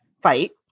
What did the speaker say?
fight